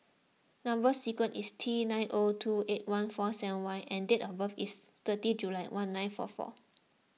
Number Sequence is T nine O two eight one four seven Y and date of birth is thirty July one nine four four